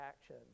action